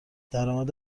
درآمد